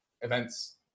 events